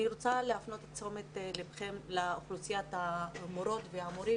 אני רוצה להפנות את תשומת לבכם לאוכלוסיות המורים והמורות,